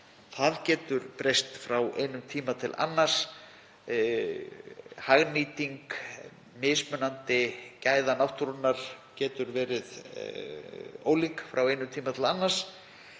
Það getur breyst frá einum tíma til annars. Hagnýting mismunandi gæða náttúrunnar getur verið ólík frá einum tíma til annars.